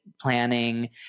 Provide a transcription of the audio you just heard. planning